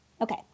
Okay